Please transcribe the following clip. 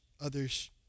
others